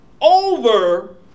over